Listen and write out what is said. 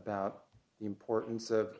about the importance of